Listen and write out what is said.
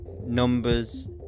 numbers